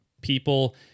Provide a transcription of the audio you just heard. People